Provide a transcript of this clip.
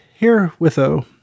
herewitho